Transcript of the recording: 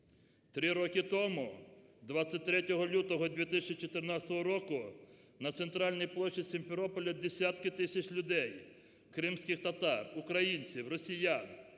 Три роки тому 23 лютого 2014 року на центральній площі Сімферополя десятки тисяч людей – кримських татар, українців, росіян,